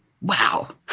wow